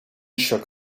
shook